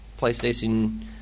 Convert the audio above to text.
PlayStation